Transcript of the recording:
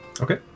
Okay